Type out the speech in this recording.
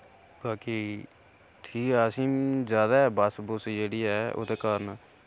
बाकी ठीक ऐ असे ईं जैदा बस बुस जेह्ड़ी ऐ ओह्दे कारण